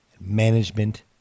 management